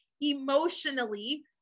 emotionally